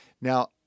Now